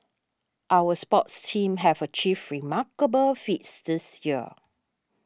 our sports teams have achieved remarkable feats this year